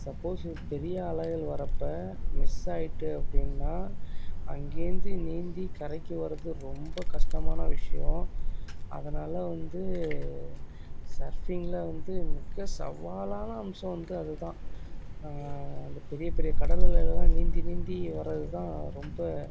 suppose ஒரு பெரிய அலைகள் வர்றப்போ மிஸ் ஆகிட்டு அப்படின்னா அங்கேருந்து நீந்தி கரைக்கு வர்றது ரொம்ப கஷ்டமான விஷ்யம் அதனால் வந்து சர்ஃபிங்கில் வந்து மிக சவாலான அம்சம் வந்து அது தான் அந்த பெரிய பெரிய கடல் அலைகள்லாம் நீந்தி நீந்தி வர்றது தான் ரொம்ப